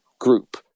group